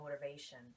motivation